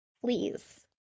Please